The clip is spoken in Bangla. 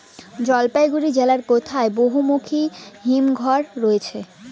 জলপাইগুড়ি জেলায় কোথায় বহুমুখী হিমঘর রয়েছে?